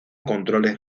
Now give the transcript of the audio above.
controles